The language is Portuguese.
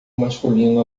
masculino